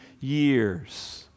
years